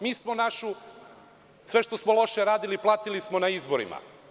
Mi našu, sve što smo loše radili, platili smo na izborima.